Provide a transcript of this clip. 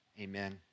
Amen